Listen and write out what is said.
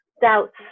doubts